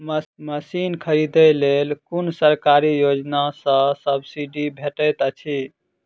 Machine खरीदे लेल कुन सरकारी योजना सऽ सब्सिडी भेटैत अछि?